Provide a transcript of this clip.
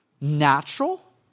Natural